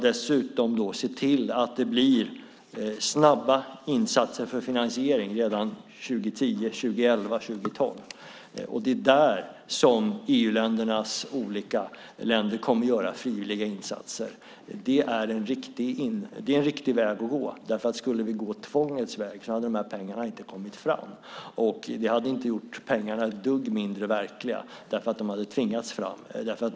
Dessutom ska vi se till att det blir snabba insatser för finansiering redan 2010, 2011 och 2012. Där kommer EU:s länder att göra frivilliga insatser. Det är en riktig väg att gå. Skulle vi gå tvångets väg hade pengarna inte kommit fram. Det hade inte gjort pengarna mindre verkliga att de hade tvingats fram.